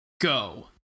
go